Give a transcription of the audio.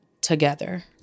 together